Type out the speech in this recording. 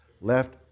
left